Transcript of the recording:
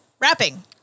Wrapping